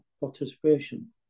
participation